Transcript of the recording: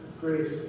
grace